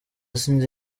sinzi